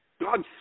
God